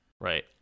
right